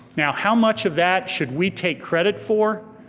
now how much of that should we take credit for?